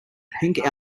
pink